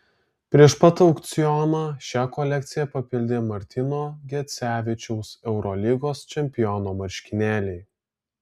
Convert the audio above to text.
prieš pat aukcioną šią kolekciją papildė martyno gecevičiaus eurolygos čempiono marškinėliai